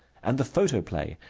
and the photoplay,